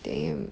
damn